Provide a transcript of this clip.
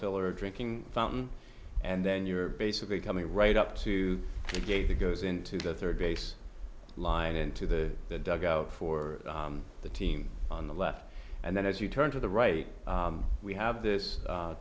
filler a drinking fountain and then you're basically coming right up to the gate that goes into the rd base line into the dugout for the team on the left and then as you turn to the right we have this